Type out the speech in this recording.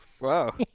Wow